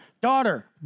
daughter